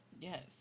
Yes